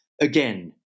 again